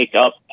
up